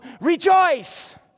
Rejoice